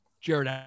Jared